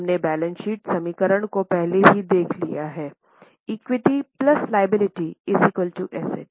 हमने balance sheet समीकरण को पहले ही देख लिया है इक्विटी लायबिलिटी एसेट